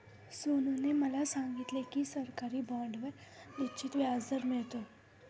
सोनूने मला सांगितले की सरकारी बाँडवर निश्चित व्याजदर मिळतो